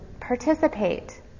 participate